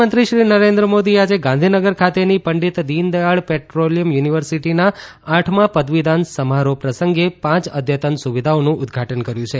પ્રધાનમંત્રીશ્રી નરેન્દ્ર મોદી એ આજે ગાંધીનગર ખાતેની પંડિત દીનદયાળ પેટ્રોલિયમ યુનિવર્સિટીના આઠમા પદવીદાન સમારોહ પ્રસંગે પાંચ અદ્યતન સુવિધાઓનું ઉદઘાટન કર્યું છે